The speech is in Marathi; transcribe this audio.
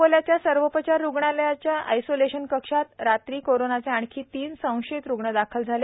अकोल्याच्या सर्वोपचार रुग्णालयातल्या आयसोलेशन कक्षात रात्री कोरोनाचे आणखी तीन संशयित रुग्ण दाखल झाले